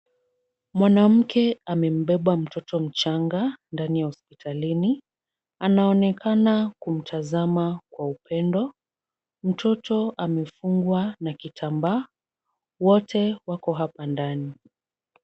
Mwanamke amembeba mtoto mchanga ndani ya hospitalini. Anaonekana kumtazama kwa upendo. Mtoto amefungwa na kitambaa. Wote wako hapa ndani.